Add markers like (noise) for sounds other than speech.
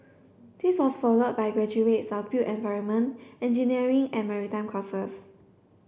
this was follow by graduate (unintelligible) built environment engineering and maritime courses